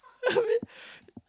I mean